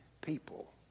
people